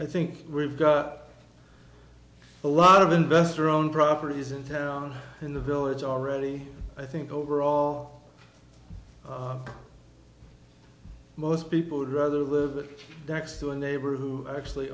i think we've got a lot of investor owned properties in town in the village already i think overall most people would rather live next to a neighbor who actually